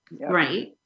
right